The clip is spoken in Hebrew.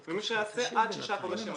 ומי שיעשה עד שישה חודשים.